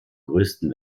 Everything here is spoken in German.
größten